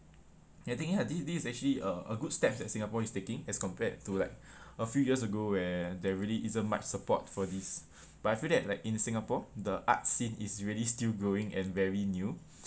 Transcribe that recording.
I think ya thi~ this actually uh a good steps that singapore is taking as compared to like a few years ago where there really isn't much support for this but I feel that like in singapore the arts scene is really still growing and very new